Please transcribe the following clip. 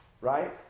Right